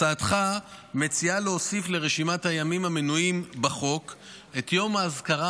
הצעתך מציעה להוסיף לרשימת הימים המנויים בחוק את יום האזכרה